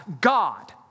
God